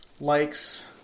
likes